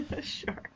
Sure